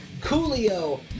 Coolio